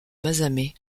mazamet